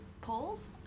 polls